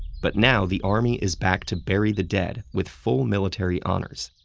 but now the army is back to bury the dead with full military honors.